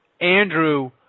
Andrew